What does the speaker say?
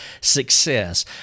success